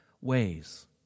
ways